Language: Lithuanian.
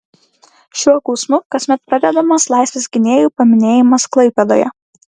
šiuo gausmu kasmet pradedamas laisvės gynėjų paminėjimas klaipėdoje